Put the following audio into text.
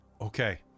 okay